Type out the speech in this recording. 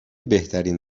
بهترین